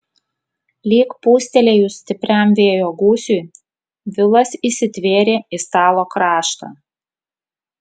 lyg pūstelėjus stipriam vėjo gūsiui vilas įsitvėrė į stalo kraštą